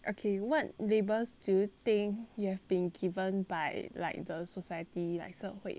okay what labels do you think you have been given by like the society like 社会